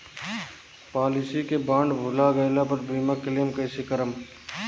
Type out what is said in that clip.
Policy के bond भुला गैला पर बीमा क्लेम कईसे करम?